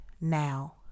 now